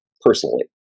personally